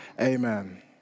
amen